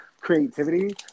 creativity